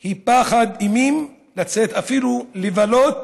היא פחד אימים לצאת אפילו לבלות